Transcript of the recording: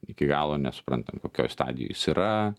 iki galo nesuprantam kokioj stadijoj jis yra